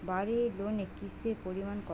বাড়ি লোনে কিস্তির পরিমাণ কত?